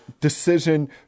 decision